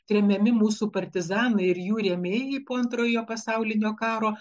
tremiami mūsų partizanai ir jų rėmėjai po antrojo pasaulinio karo